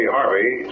Harvey